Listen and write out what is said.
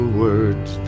words